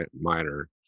minor